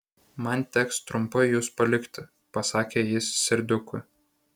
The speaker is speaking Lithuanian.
man teks trumpai jus palikti pasakė jis serdiukui